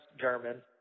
German